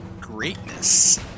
Greatness